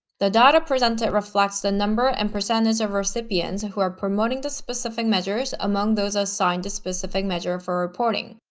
the data presented reflects the number and percentage of recipients who are promoting the specific measures among those assigned a specific measure for reporting.